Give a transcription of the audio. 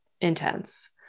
intense